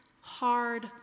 hard